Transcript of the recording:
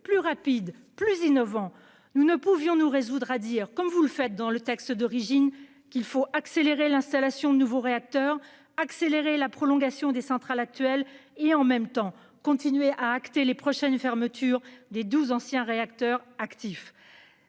plus rapide et plus innovant. Nous ne pouvions nous résoudre à indiquer, comme vous le faisiez dans le texte d'origine, qu'il faut « accélérer l'installation de nouveaux réacteurs, accélérer la prolongation des centrales actuelles », tout en actant les prochaines fermetures de douze anciens réacteurs actifs.